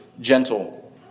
gentle